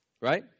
Right